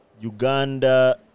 Uganda